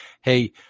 Hey